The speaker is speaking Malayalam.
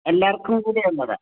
എല്ലാവര്ക്കുംകൂടി ഉള്ളതാ